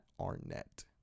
Arnett